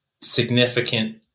significant